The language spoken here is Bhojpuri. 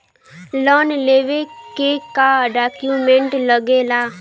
लोन लेवे के का डॉक्यूमेंट लागेला?